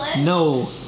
No